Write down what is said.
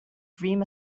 dream